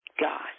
God